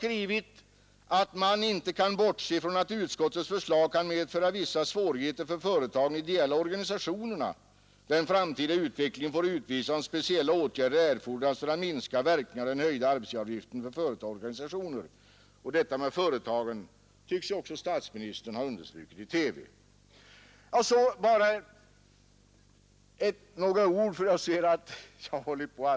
Förra gången ansåg man omfördelningen helt naturlig, och det är samma sak som vi gör nu. Det finns inga gömda skattekistor för finansministern att plocka fram pengar ur till denna skattesänkning på 2,5 miljarder kronor eller vad det är.